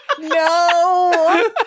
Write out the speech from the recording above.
No